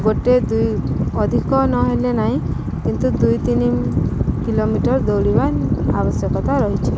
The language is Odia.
ଗୋଟେ ଦୁଇ ଅଧିକ ନହେଲେ ନାହିଁ କିନ୍ତୁ ଦୁଇ ତିନି କିଲୋମିଟର ଦୌଡ଼ିବା ଆବଶ୍ୟକତା ରହିଛି